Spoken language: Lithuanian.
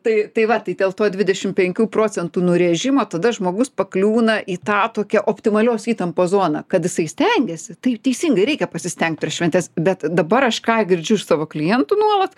tai tai va tai dėl to dvidešim penkių procentų nurėžimo tada žmogus pakliūna į tą tokią optimalios įtampos zoną kad jisai stengiasi taip teisingai reikia pasistengt per šventes bet dabar aš ką girdžiu iš savo klientų nuolat